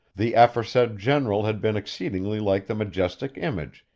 the aforesaid general had been exceedingly like the majestic image,